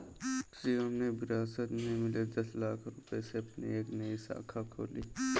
शिवम ने विरासत में मिले दस लाख रूपए से अपनी एक नई शाखा खोली